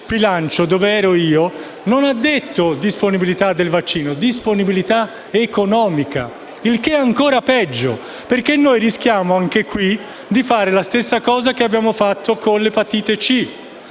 bilancio non ha parlato di disponibilità del vaccino, bensì di disponibilità economica. Il che è ancora peggio, perché noi rischiamo, anche qui, di fare la stessa cosa che abbiamo fatto con l'epatite C.